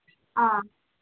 ꯑꯥ